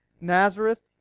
Nazareth